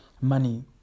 money